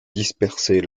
disperser